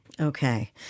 Okay